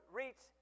reach